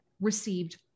received